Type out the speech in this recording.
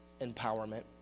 empowerment